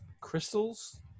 Crystal's